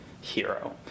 hero